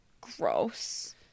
Gross